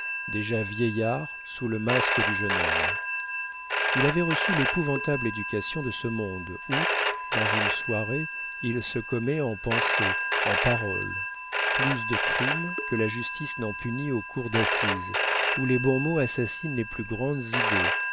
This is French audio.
déjà vieillard sous le masque du jeune homme il avait reçu l'épouvantable éducation de ce monde où dans une soirée il se commet en pensées en paroles plus de crimes que la justice n'en punit aux cours d'assises où les bons mots assassinent les plus grandes idées